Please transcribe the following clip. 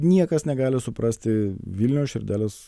niekas negali suprasti vilniaus širdelės